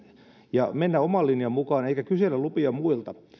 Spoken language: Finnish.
ja mennä oman linjan mukaan eikä kysellä lupia muilta